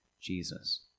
Jesus